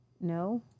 No